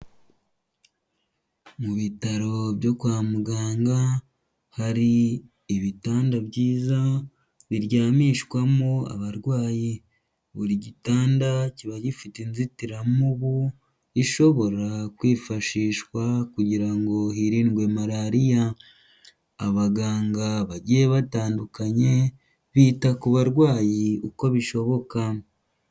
Mu bitaro byo kwa muganga hari ibitanda byiza biryamishwamo abarwayi, buri gitanda kiba gifite inzitiramubu ishobora kwifashishwa kugira ngo hirindwe malariya, abaganga bagiye batandukanye bita ku barwayi uko bishoboka.